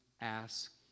ask